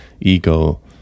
ego